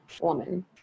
woman